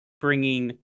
bringing